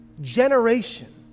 generation